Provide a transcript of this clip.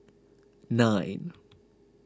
nine